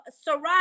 Sarai